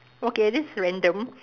okay this is random